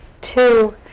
two